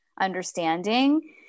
understanding